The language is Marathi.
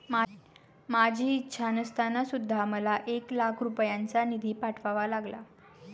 माझी इच्छा नसताना सुद्धा मला एक लाख रुपयांचा निधी पाठवावा लागला